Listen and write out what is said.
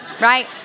right